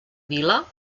vila